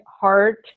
heart